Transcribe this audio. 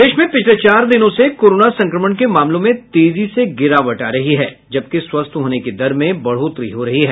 प्रदेश में पिछले चार दिनों से कोरोना संक्रमण के मामलों में तेजी से गिरावट आ रही है जबकि स्वस्थ होने की दर में बढ़ोतरी हो रही है